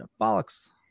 bollocks